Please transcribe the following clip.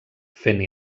fent